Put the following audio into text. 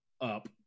up